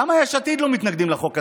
למה יש עתיד לא מתנגדים לחוק הזה?